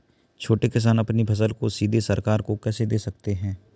छोटे किसान अपनी फसल को सीधे सरकार को कैसे दे सकते हैं?